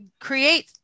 create